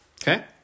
Okay